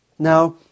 Now